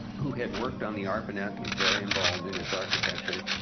who had worked on the arpanet, was very involved in its architecture,